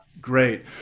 Great